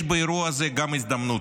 יש באירוע הזה גם הזדמנות.